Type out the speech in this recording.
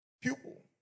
pupil